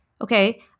okay